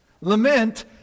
lament